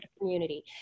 community